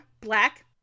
Black